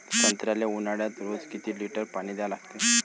संत्र्याले ऊन्हाळ्यात रोज किती लीटर पानी द्या लागते?